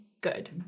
good